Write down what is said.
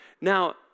Now